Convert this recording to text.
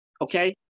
Okay